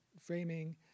framing